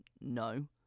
no